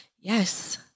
Yes